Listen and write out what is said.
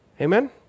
Amen